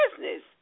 business